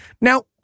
Now